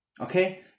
Okay